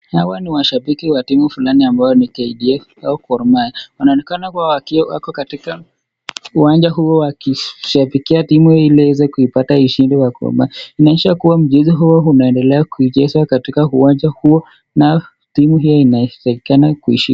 Hawa ni washabiki wa timu fulani ambayo ni (cs)kdf(cs), au Gormaiya, wanaonekana kuwa wako katika, uwanja huo wakiishabikia timu ili ieze kuipata ishindi wa Gormaiya, inaonesha kuwa mchezo huo inaendelea kuichezwa katika uwanja huo, nayo timu hio inatakikana kuishinda.